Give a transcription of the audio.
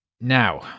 Now